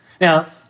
Now